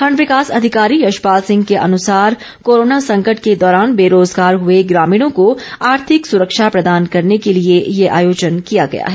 खंड विकास अधिकारी यशपाल सिंह के अनुसार कोरोना संकटे के दौरान बेरोजगार हुए ग्रामीणों को आर्थिक सुरक्षा प्रदान करने के लिए ये आयोजन किया गया है